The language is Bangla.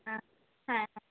হ্যাঁ হ্যাঁ